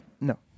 no